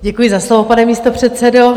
Děkuji za slovo, pane místopředsedo.